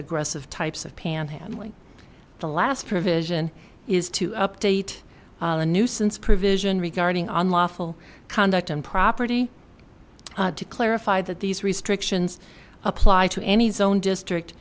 aggressive types of panhandling the last provision is to update the nuisance provision regarding on lawful conduct and property to clarify that these restrictions apply to any zone district